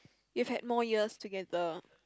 you've had more years together